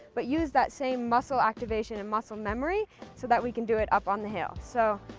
but use that same muscle activation and muscle memory so that we can do it up on the hill. so